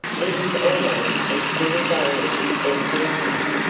it is almost as good as owning central park.